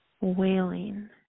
wailing